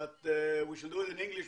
אבל אנחנו נעשה את זה באנגלית,